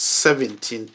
seventeen